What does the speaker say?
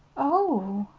oh!